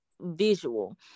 visual